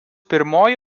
pirmoji